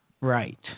right